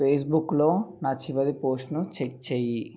ఫేస్బుక్లో నా చివరి పోస్ట్ను చెక్ చేయి